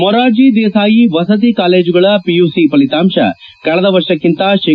ಮೊರಾರ್ಜಿ ದೇಸಾಯಿ ವಸತಿ ಕಾಲೇಜುಗಳ ಪಿಯುಸಿ ಫಲಿತಾಂಶ ಕಳೆದ ವರ್ಷಕ್ಕಿಂತ ಶೇ